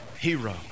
hero